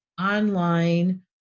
online